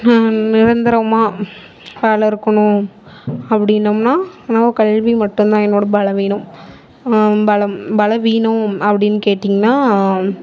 நிரந்தரமாக வேலை இருக்கணும் அப்படின்னம்னா நம்ம கல்வி மட்டும்தான் என்னோட பலவீனம் பலம் பலவீனம் அப்படின்னு கேட்டிங்னால்